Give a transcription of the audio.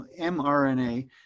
mRNA